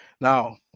Now